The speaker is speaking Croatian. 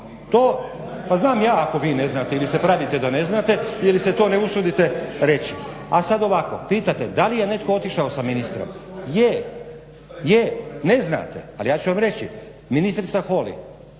Pa znam ja ako vi ne znate ili se pravite ne znate ili se to ne usudite reći. A sad ovako pitate da li je netko otišao sa ministrom? Je. Ne znate, ali ja ću vam reći. Ministrica Holy